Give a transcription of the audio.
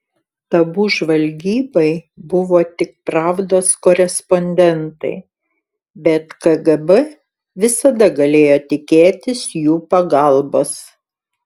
tabu žvalgybai buvo tik pravdos korespondentai bet kgb visada galėjo tikėtis jų pagalbos